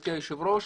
גברתי היושבת-ראש,